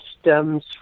stems